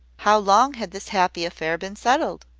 how long had this happy affair been settled?